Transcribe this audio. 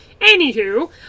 Anywho